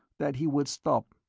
that he would stop.